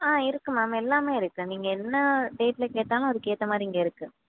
ஆ இருக்கு மேம் எல்லாமே இருக்கு நீங்கள் என்ன டேட்டில் கேட்டாலும் அதுக்கேற்றமாரி இங்கே இருக்கு